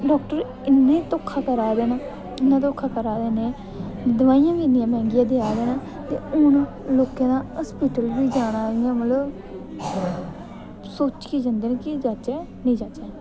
doctor इन्ना धोखा करा दे न इन्ना धोखा करा दे न एह् दवाइयां बी इन्नियां मैंह्गियां देआ दे न ते उ'नें लोकें दा अस्पिटल मतलब इ'यां जाना मतलब सोचियै जंदे न कि जाह्चै कि नेईं जाह्चै